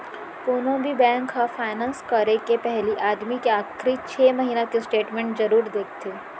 कोनो भी बेंक ह फायनेंस करे के पहिली आदमी के आखरी छै महिना के स्टेट मेंट जरूर देखथे